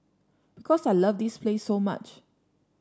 because I love this place so much